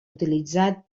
utilitzat